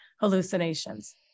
hallucinations